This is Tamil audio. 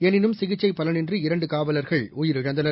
எனினும் சிகிச்சைபலனின்றி இரண்டுகாவலர்கள் உயிரிழந்தனர்